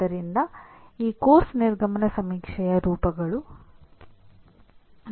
ಎಲ್ಲಾ ಕೈಗಾರಿಕೆಗಳಲ್ಲೂ ಇದು ಅನ್ವಯಿಸುತ್ತದೆ